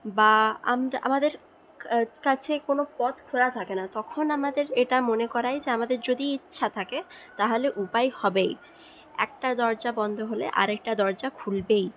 বা আমরা আমাদের কা কাছে কোনও পথ খোলা থাকে না তখন আমাদের এটা মনে করায় যে আমাদের যদি ইচ্ছা থাকে তাহলে উপায় হবেই একটা দরজা বন্ধ হলে আর একটা দরজা খুলবেই